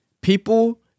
people